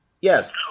yes